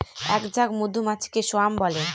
এক ঝাঁক মধুমাছিকে স্বোয়াম বলে